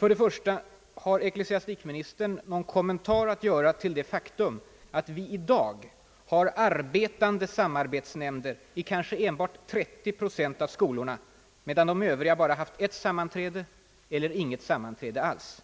1) Har ecklesiastikministern någon kommentar att göra till det faktum att vi i dag har arbetande samarbetsnämnder i kanske endast 30 procent av skolorna, medan de övriga bara haft ett sammanträde eller inget sammanträde alls?